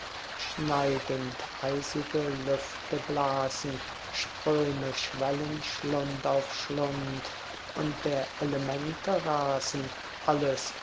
schneidend eisige lüfte blasen ströme schwellen schlund auf schlund und der elemente rasen alles